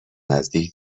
نزدیک